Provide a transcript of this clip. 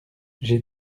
j’ai